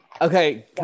Okay